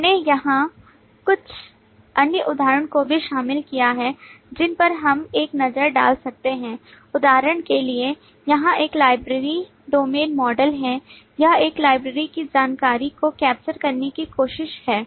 मैंने यहां कुछ अन्य उदाहरणों को भी शामिल किया है जिन पर हम एक नज़र डाल सकते हैं उदाहरण के लिए यहां एक लाइब्रेरी डोमेन मॉडल है यह एक लाइब्रेरी की जानकारी को कैप्चर करने की कोशिश है